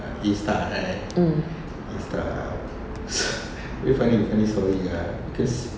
mm